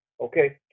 okay